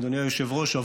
אדוני היושב-ראש,